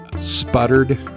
sputtered